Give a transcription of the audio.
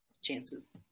chances